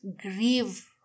grieve